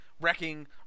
wrecking